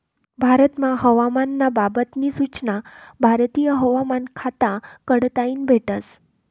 भारतमा हवामान ना बाबत नी सूचना भारतीय हवामान खाता कडताईन भेटस